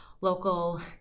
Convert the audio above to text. local